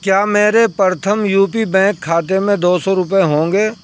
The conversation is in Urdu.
کیا میرے پرتھم یو پی بینک کھاتے میں دو سو روپئے ہوں گے